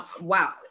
wow